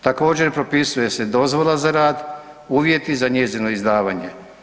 Također, propisuje se dozvola za rad, uvjeti za njezino izdavanje.